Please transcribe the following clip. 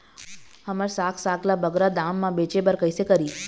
हमर साग साग ला बगरा दाम मा बेचे बर कइसे करी?